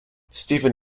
stephen